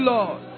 Lord